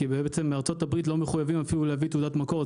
כי בארה"ב לא מחויבים אפילו להביא תעודת מקור,